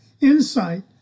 insight